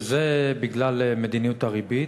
וזה בגלל מדיניות הריבית.